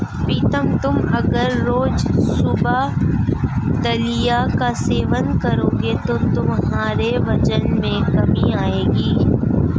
प्रीतम तुम अगर रोज सुबह दलिया का सेवन करोगे तो तुम्हारे वजन में कमी आएगी